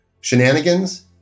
shenanigans